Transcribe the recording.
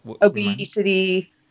Obesity